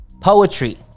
poetry